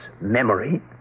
memory